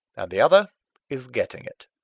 and the other is getting it.